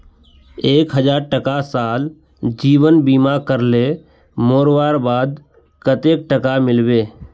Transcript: एक हजार टका साल जीवन बीमा करले मोरवार बाद कतेक टका मिलबे?